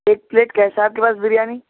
ایک پلیٹ کیسا ہے آپ کے پاس بریانی